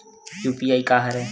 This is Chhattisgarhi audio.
यू.पी.आई का हरय?